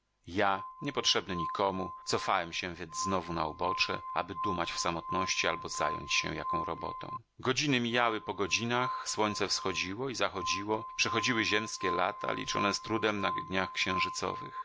ja niepotrzebny nikomu cofałem się więc znowu na ubocze aby dumać w samotności albo zająć się jaką robotą godziny mijały po godzinach słońce wschodziło i zachodziło przechodziły ziemskie lata liczone z trudem na dniach